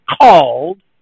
called